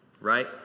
right